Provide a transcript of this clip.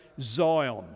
Zion